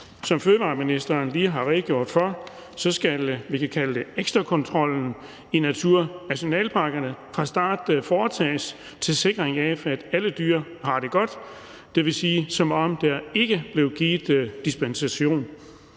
Som fødevareministeren lige har redegjort for, skal, vi kan kalde det ekstrakontrollen i naturnationalparkerne foretages fra starten til sikring af, at alle dyr har det godt, det vil sige, som om der ikke blev givet dispensation.